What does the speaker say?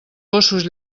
gossos